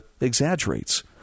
exaggerates